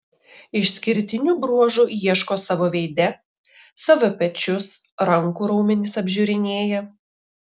išskirtinių bruožų ieško savo veide savo pečius rankų raumenis apžiūrinėja